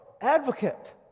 advocate